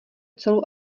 celou